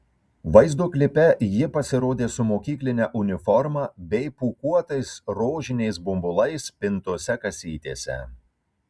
vaizdo klipe ji pasirodė su mokykline uniforma bei pūkuotais rožiniais bumbulais pintose kasytėse